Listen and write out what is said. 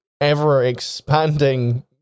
ever-expanding